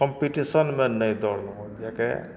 कॉम्पिटिशनमे नहि दौड़लहुॅं जेके